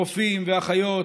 רופאים, אחיות,